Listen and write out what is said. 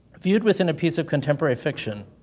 viewed within a piece of contemporary fiction,